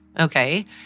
Okay